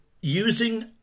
using